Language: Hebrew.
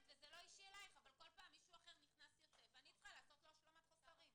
כל פעם מישהו נכנס ויוצא ואני צריכה לעשות לו השלמת חוסרים.